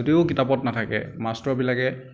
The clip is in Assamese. যদিও কিতাপত নাথাকে মাষ্টৰবিলাকে